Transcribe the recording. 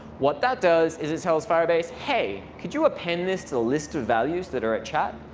what that does is it tells firebase, hey, could you append this to the list of values that are at chat.